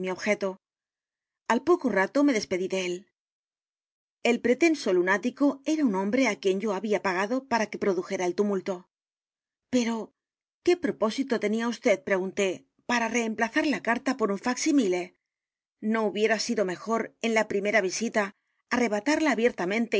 al poco rato me despedí de él el pretenso lunático era un hombre á quien yo había pagado para que p r o dujera el tumulto pero q u é propósito tenía vd pregunté para reemplazar la carta por un fac simile no hubiera sido mejor en la primera visita arrebatarla abiertamente